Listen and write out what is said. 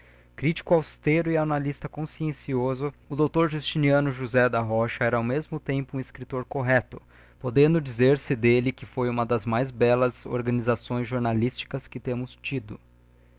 critico austero e analysta consciencioso o dr justiniano josé da rocha era ao mesmo tempo um escriptor correcto podendo dizer-se delle que foi uma das mais bellas organisações jornalísticas que temos tido